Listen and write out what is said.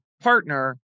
partner